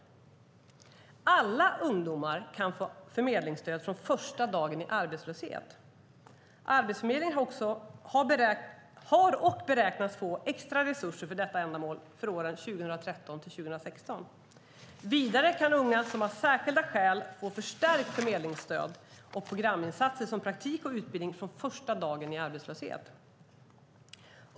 Alla ungdomar kan få förmedlingsstöd från första dagen i arbetslöshet. Arbetsförmedlingen har och beräknas få extra resurser för detta ändamål för åren 2013 till 2016. Vidare kan unga som har särskilda skäl få förstärkt förmedlingsstöd och programinsatser som praktik och utbildning från första dagen i arbetslöshet.